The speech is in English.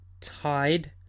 Tide